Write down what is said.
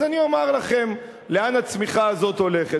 אז אני אומר לכם לאן הצמיחה הזאת הולכת.